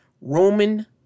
Roman